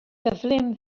gyflym